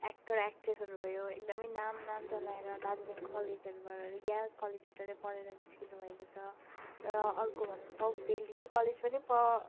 actor एक्ट्रेसहरू भयो एकदम नाम नाम चलाएर दार्जिलिङ कलेजहरूबाट यहाँ कलेजबाट नै पढेर निस्कनु भएको छ र अर्को भनौँ साउथ फिल्ड यो कलेज पनि प